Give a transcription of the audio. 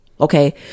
okay